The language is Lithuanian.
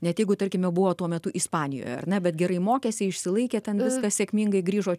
net jeigu tarkime buvo tuo metu ispanijoje ar ne bet gerai mokėsi išsilaikė ten viskas sėkmingai grįžo